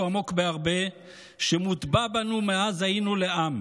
עמוק בהרבה שמוטבע בנו מאז היינו לעם,